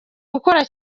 gukora